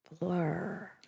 blur